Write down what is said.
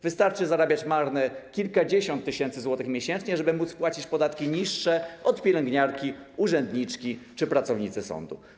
Wystarczy zarabiać marne kilkadziesiąt tysięcy złotych miesięcznie, żeby móc płacić podatki niższe od pielęgniarki, urzędniczki czy pracownicy sądu.